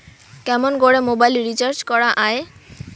কেমন করে mobile recharge করা য়ায়?